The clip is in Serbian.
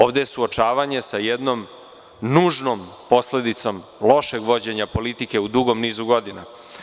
Ovde je suočavanje sa jednom nužnom posledicom lošeg vođenja politike u dugom nizu godina.